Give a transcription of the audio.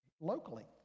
locally